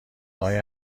های